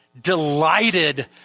delighted